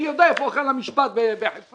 אני יודע איפה היכל המשפט בחיפה.